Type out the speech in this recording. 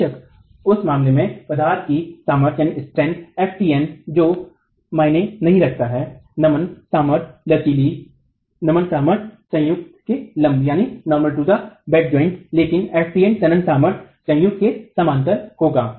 बेशक उस मामले में पदार्थ की सामर्थ्य ftn जो मायने नहीं रखता हैनमन सामर्थ्य लचीली नमन सामर्थ्य संयुक्त के लम्ब है लेकिन ftp तनन सामर्थ्य संयुक्त से समानांतर होगा